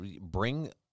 bring